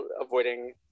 avoiding